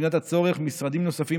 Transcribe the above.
ובמידת הצורך משרדים נוספים,